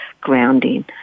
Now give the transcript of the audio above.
grounding